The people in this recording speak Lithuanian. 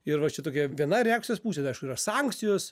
ir va čia tokia viena reakcijos pusė tai aišku yra sankcijos